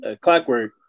clockwork